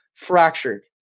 fractured